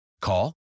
Call